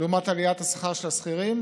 לעומת עליית השכר של השכירים,